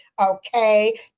Okay